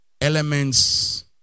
Elements